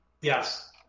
Yes